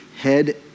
Head